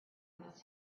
must